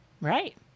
Right